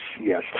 yes